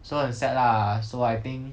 so 很 sad lah so I think